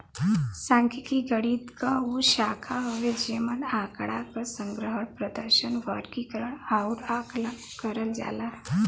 सांख्यिकी गणित क उ शाखा हउवे जेमन आँकड़ा क संग्रहण, प्रदर्शन, वर्गीकरण आउर आकलन करल जाला